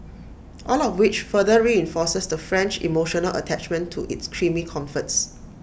all of which further reinforces the French emotional attachment to its creamy comforts